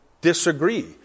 disagree